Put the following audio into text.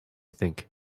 think